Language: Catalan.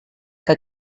que